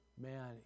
Man